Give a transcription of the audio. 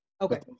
Okay